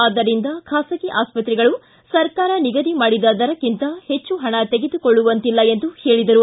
ಆದ್ದರಿಂದ ಖಾಸಗಿ ಆಸ್ತತ್ರೆಗಳು ಸರ್ಕಾರ ನಿಗದಿ ಮಾಡಿದ ದರಕ್ಕಿಂತ ಹೆಚ್ಚು ಹಣ ತೆಗೆದುಕೊಳ್ಳುವಂತಿಲ್ಲ ಎಂದು ಹೇಳಿದರು